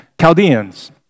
Chaldeans